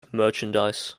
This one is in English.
merchandise